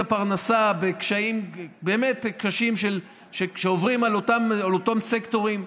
הפרנסה בקשיים באמת קשים שעוברים על אותם סקטורים,